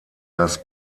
das